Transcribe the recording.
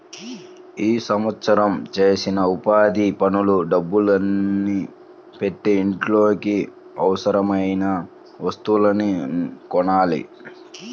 ఈ సంవత్సరం చేసిన ఉపాధి పనుల డబ్బుల్ని పెట్టి ఇంట్లోకి అవసరమయిన వస్తువుల్ని కొనాలి